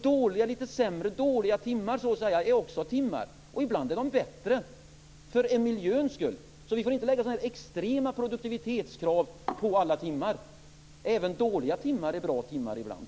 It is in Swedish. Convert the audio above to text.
Dåliga eller litet sämre timmar är också timmar, och ibland är de bättre för miljöns skull. Vi får inte lägga extrema produktivitetskrav på alla timmar. Även dåliga timmar är bra timmar ibland!